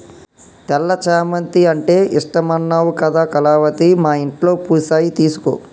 తెల్ల చామంతి అంటే ఇష్టమన్నావు కదా కళావతి మా ఇంట్లో పూసాయి తీసుకో